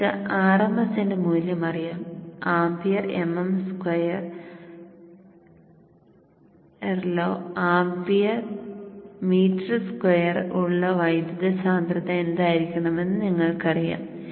നിങ്ങൾക്ക് rms ന്റെ മൂല്യം അറിയാം ampere M M square ampere mm square0 ലോ ആംപിയർ മീറ്റർ സ്ക്വയർ ഉള്ള വൈദ്യുത സാന്ദ്രത എന്തായിരിക്കണമെന്ന് നിങ്ങൾക്കറിയാം